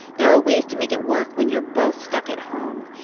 there are ways to make it work when you're both stuck at home.